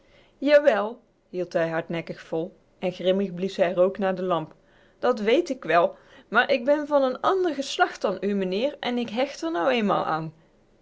jawel hield hij hardnekkig vol en grimmig blies hij rook naar de lamp dat wéét k wel maar ik ben van n ander geslacht dan u meneer en ik hècht r nou eenmaal an